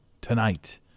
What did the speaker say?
tonight